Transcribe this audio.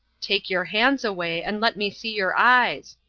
take your hands away, and let me see your eyes.